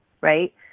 right